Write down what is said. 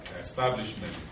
establishment